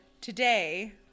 today